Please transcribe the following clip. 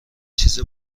چیز